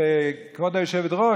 כבוד היושבת-ראש,